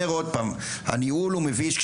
עכשיו, אני אומר עוד פעם, הניהול הוא מביש.